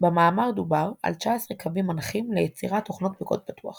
במאמר דובר על 19 קווים מנחים ליצירת תוכנות בקוד פתוח